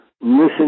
listen